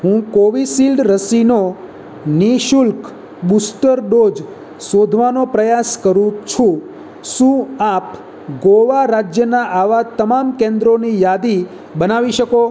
હું કોવિસિલ્ડ રસીનો નિઃશુલ્ક બુસ્ટર ડોજ શોધવાનો પ્રયાસ કરું છુ શું આપ ગોવા રાજ્યનાં આવાં તમામ કેન્દ્રોની યાદી બનાવી શકો